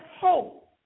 hope